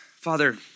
Father